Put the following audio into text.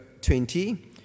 20